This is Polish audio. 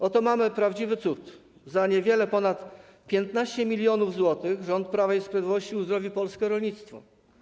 Oto mamy prawdziwy cud - za niewiele ponad 15 mln zł rząd Prawa i Sprawiedliwości uzdrowi polskie rolnictwo.